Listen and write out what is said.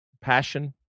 passion